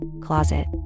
closet